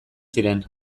ziren